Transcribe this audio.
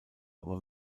aber